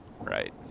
Right